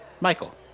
Michael